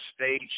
Stage